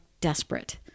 desperate